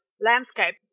landscape